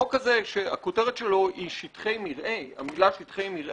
החוק הזה שכותרתו היא "שטחי מרעה" לא